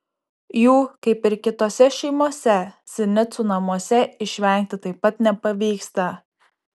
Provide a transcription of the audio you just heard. jų kaip ir kitose šeimose sinicų namuose išvengti taip pat nepavyksta